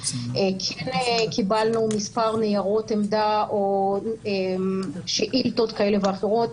כן קיבלנו מספר ניירות עמדה או שאילתות כאלה ואחרות